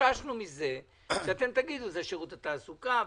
חששנו מזה שתגידו: זה שירות התעסוקה,